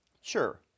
sure